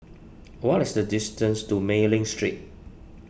what is the distance to Mei Ling Street